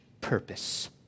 purpose